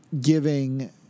giving